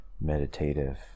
meditative